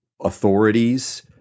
authorities